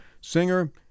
singer